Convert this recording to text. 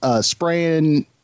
spraying